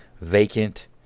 vacant